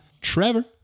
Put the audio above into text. Trevor